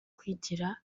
kwigira